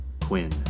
Quinn